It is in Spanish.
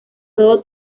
todo